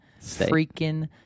freaking